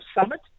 Summit